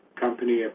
company